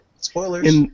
Spoilers